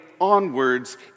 onwards